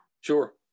Sure